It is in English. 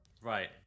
right